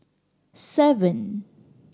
seven